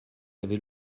avez